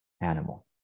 animal